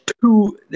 two